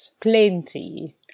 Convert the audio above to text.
Plenty